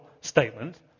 statement